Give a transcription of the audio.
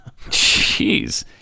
Jeez